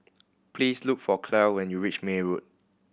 please look for Clell when you reach May Road